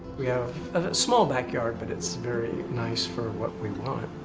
we have a small backyard, but it's very nice for what we want.